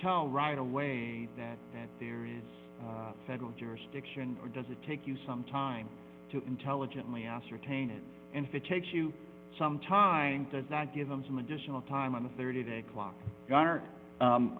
tell right away that there is federal jurisdiction or does it take you some time to intelligently ascertain it and if it takes you some time does not give them some additional time on the thirty day clock